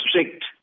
strict